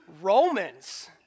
Romans